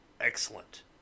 Excellent